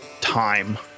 time